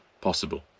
possible